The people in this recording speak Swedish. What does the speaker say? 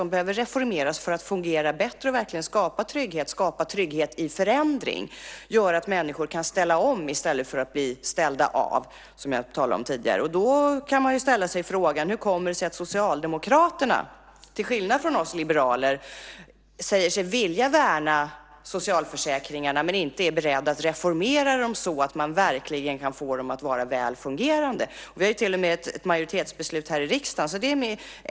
De behöver reformeras för att fungera bättre och verkligen skapa trygghet, och skapa trygghet i förändring och göra att människor kan ställa om i stället för att bli ställda av, som jag talade om tidigare. Då kan man ställa frågan: Hur kommer det sig att Socialdemokraterna, till skillnad från oss liberaler, säger sig vilja värna socialförsäkringarna men inte är beredda att reformera dem så att man verkligen kan få dem att vara väl fungerande? Vi har till och med ett majoritetsbeslut här i riksdagen.